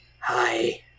Hi